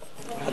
בבקשה.